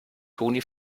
toni